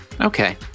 Okay